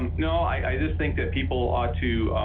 no, i i just think that people ought to